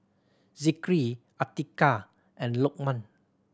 Zikri Atiqah and Lokman